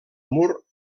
mur